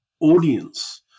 audience